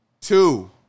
Two